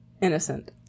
Innocent